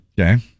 Okay